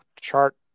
chart